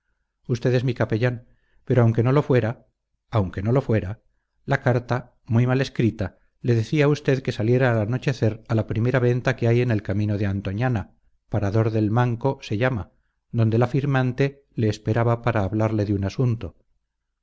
usted es mi capellán pero aunque no lo fuera aunque no lo fuera la carta muy mal escrita le decía a usted que saliera al anochecer a la primera venta que hay en el camino de antoñana parador del manco se llama donde la firmante le esperaba para hablarle de un asunto